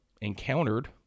encountered